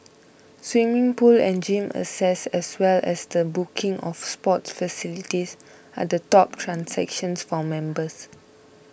swimming pool and gym access as well as the booking of sports facilities are the top transactions for members